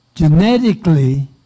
Genetically